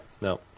no